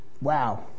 Wow